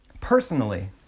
personally